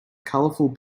colorful